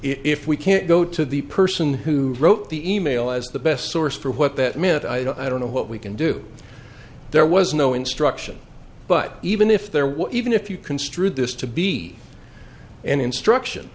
if we can't go to the person who wrote the email as the best source for what that meant i don't know what we can do there was no instruction but even if there was even if you construe this to be an instruction